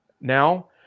now